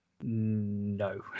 No